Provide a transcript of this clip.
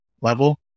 level